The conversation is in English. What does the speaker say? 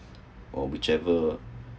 or whichever